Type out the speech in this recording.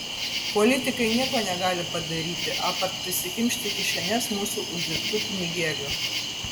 politikai nieko negali padaryti apart prisikimšti kišenes mūsų uždirbtų pinigėlių